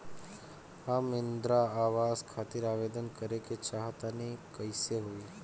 हम इंद्रा आवास खातिर आवेदन करे क चाहऽ तनि कइसे होई?